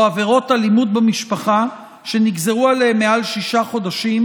עבירות אלימות במשפחה שנגזרו עליהם מעל שישה חודשים,